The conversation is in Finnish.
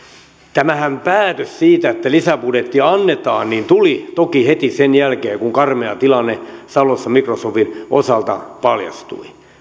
tämä päätöshän siitä että lisäbudjetti annetaan tuli toki heti sen jälkeen kun kun karmea tilanne salossa microsoftin osalta paljastui